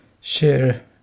share